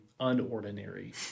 unordinary